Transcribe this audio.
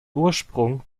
ursprung